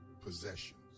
possessions